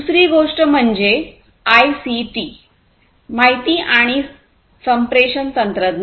दुसरी गोष्ट म्हणजे आयसीटी माहिती आणि कम्युनिकेशन तंत्रज्ञान